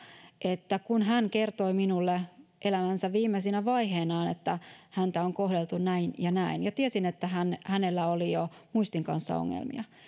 kun hän kertoi minulle elämänsä viimeisissä vaiheissa että häntä on kohdeltu näin ja näin ja tiesin että hänellä oli jo muistin kanssa ongelmia